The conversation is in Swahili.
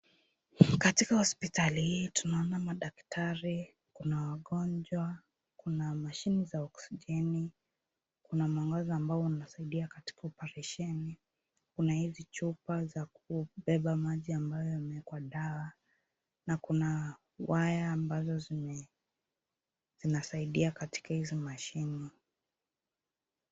Katika hospitali hii tunaona madaktari, kuna wagonjwa, kuna mashine za oksijeni, kuna mwangaza ambao unasaidia katika oparesheni, kuna hizi chupa za kubeba maji ambayo yamewekwa dawa na kuna waya ambazo zinasaidia katika hizi mashine.